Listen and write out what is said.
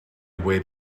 wait